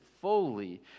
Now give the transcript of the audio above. fully